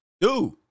Dude